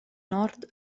nord